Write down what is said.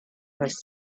has